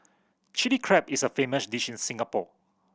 Chilli Crab is a famous dish in Singapore